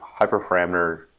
hyperparameter